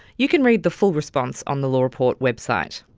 you can read the full response on the law report website.